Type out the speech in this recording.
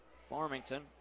Farmington